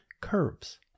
curves